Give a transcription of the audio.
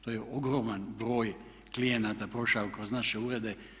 To je ogroman broj klijenata prošao kroz naše urede.